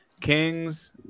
Kings